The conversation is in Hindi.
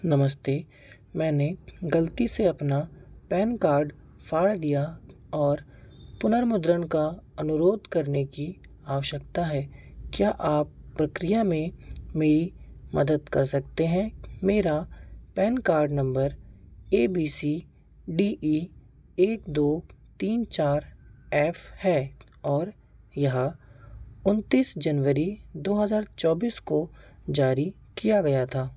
नमस्ते मैंने गलती से अपना पैन कार्ड फाड़ दिया और पुनर्मुद्रण का अनुरोध करने की आवश्यकता है क्या आप प्रक्रिया में मेरी मदद कर सकते हैं मेरा पैन कार्ड नम्बर A B C D E एक दो तीन चार एफ है और यह उनतीस जनवरी दो हजार चौबीस को जारी किया गया था